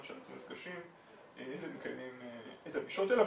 שאנחנו נפגשים ומקיימים את הפגישות האלה,